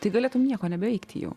tai galėtum nieko nebeveikti jau